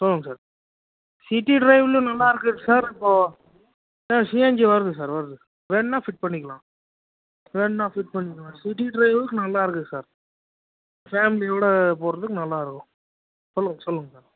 சொல்லுங்கள் sir city ட்ரைவில் நல்லா இருக்குது சார் இப்போது சார் சிஎன்ஜி வருது சார் வருது வேண்னால் ஃபிட் பண்ணிக்கலாம் வேண்னால் ஃபிட் பண்ணிக்கலாம் சிட்டி ட்ரைவுக்கு நல்லாயிருக்கு சார் ஃபேமிலியோடு போகிறதுக்கு நல்லாயிருக்கும் சொல்லுங்கள் சொல்லுங்கள் சார்